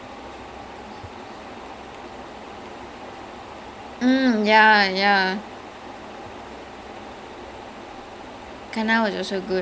oh ya she was great in that வடச்சென்னை:vadachennai sia aishwarya rajesh and the other one Vada Chennai கனா:vadachennai kanaa where she becames a cricket player